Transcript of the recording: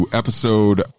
episode